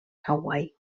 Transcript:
hawaii